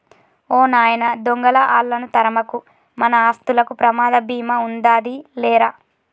ఓ నాయన దొంగలా ఆళ్ళను తరమకు, మన ఆస్తులకు ప్రమాద భీమా ఉందాది లేరా